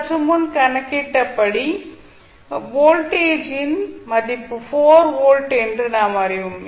சற்று முன் கணக்கிட்டபடி வோல்டேஜின் மதிப்பு 4 வோல்ட் என்று நாம் அறிவோம்